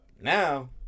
Now